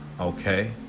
Okay